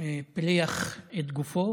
פילח את גופו